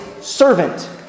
servant